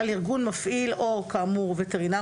"(ז) על ארגון מפעיל" 'או כאמור וטרינר